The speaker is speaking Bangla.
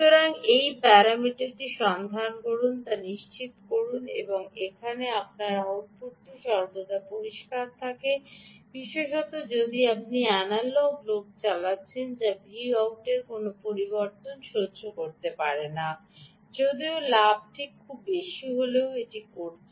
সুতরাং এই প্যারামিটারটি সন্ধান করুন তা নিশ্চিত করুন যে এখানে আপনার আউটপুটটি সর্বদা পরিষ্কার থাকে বিশেষত যদি আপনি অ্যানালগ লোড চালাচ্ছেন যা Vout কোনও পরিবর্তন সহ্য করতে পারে না যদিও লাভটি খুব বেশি হলেও এটি করছে